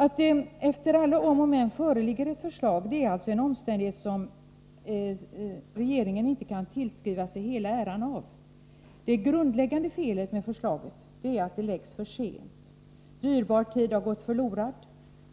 Att det efter alla om och men föreligger ett förslag är alltså en omständighet som regeringen inte kan tillskriva sig hela äran av. Det grundläggande felet med förslaget är att det framläggs för sent. Dyrbar tid har gått förlorad.